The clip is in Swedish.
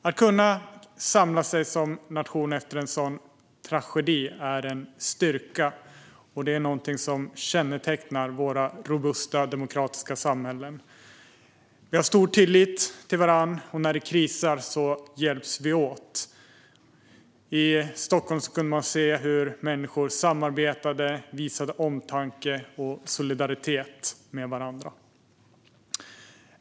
Att kunna samla sig som nation efter en sådan tragedi är en styrka, och det är något som kännetecknar våra robusta demokratiska samhällen. Vi känner stor tillit till varandra, och när det krisar hjälps vi åt. I Stockholm kunde man se hur människor samarbetade och visade omtanke och solidaritet med varandra.